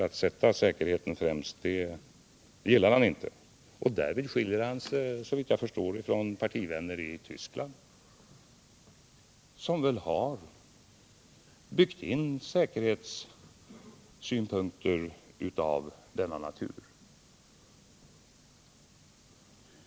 Att sätta säkerheten främst gillar han inte. Därvid skiljer han sig såvitt jag förstår från sina partivänner i Tyskland, som väl har byggt in säkerhetssynpunkter av denna natur.